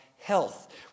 health